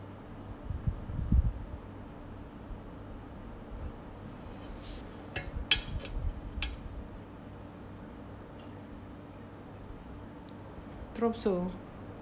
tromso